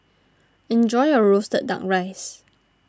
enjoy your Roasted Duck Rice